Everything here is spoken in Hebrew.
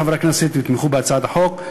אודה לחברי הכנסת אם תתמכו בהצעת החוק,